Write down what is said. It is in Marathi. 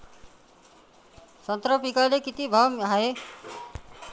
संत्रा पिकाले किती भाव हाये?